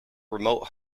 remote